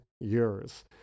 years